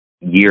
year